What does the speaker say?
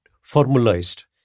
formalized